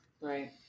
Right